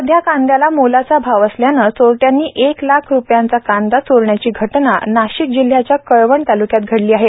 सध्या कांदयाला मोलाचा भाव आल्याने चोरट्यांनी एक लाख रूपयांचा कांदा चोरण्याची घटना नाशिक जिल्ह्याच्या कळवण तालुक्यात घडली आहे